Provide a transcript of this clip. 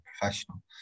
professional